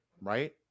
right